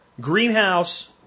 greenhouse